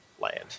land